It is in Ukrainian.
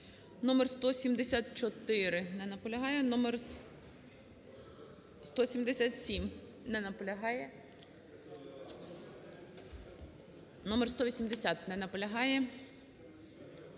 Номер 174. Не наполягає. Номер 177. Не наполягає. Номер 180. Не наполягає.